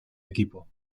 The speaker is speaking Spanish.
equipo